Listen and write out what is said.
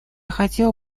хотел